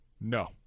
No